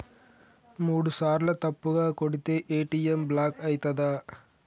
మూడుసార్ల తప్పుగా కొడితే ఏ.టి.ఎమ్ బ్లాక్ ఐతదా?